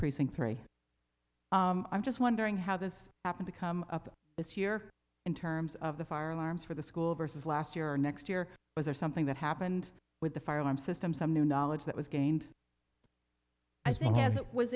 precinct three i'm just wondering how this happened to come up this year in terms of the fire alarms for the school versus last year or next year was there something that happened with the fire alarm system some new knowledge that was gained as being as it was